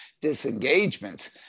disengagement